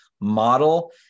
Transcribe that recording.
model